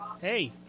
hey